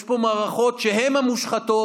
יש פה מערכות שהן המושחתות.